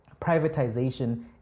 privatization